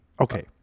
Okay